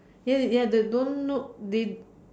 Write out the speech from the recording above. ya ya they don't know they